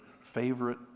favorite